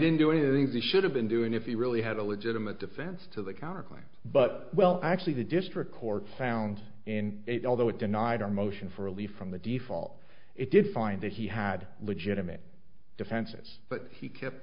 didn't do anything that should have been doing if he really had a legitimate defense to the counter claims but well actually the district court found in it although it denied our motion for a leave from the default it did find that he had legitimate defenses but he kept